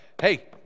Hey